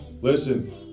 Listen